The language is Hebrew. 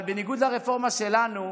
אבל בניגוד לרפורמה שלנו,